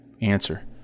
Answer